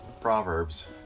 Proverbs